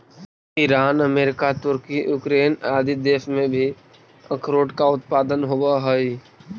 Iran America तुर्की Ukraine इत्यादि देशों में भी अखरोट का उत्पादन होवअ हई